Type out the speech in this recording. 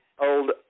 Old